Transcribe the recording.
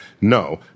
no